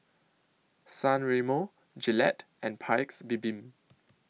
San Remo Gillette and Paik's Bibim